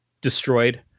destroyed